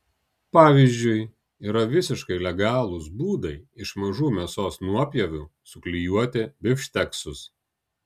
pavyzdžiui yra visiškai legalūs būdai iš mažų mėsos nuopjovų suklijuoti bifšteksus